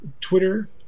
Twitter